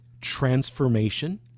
transformation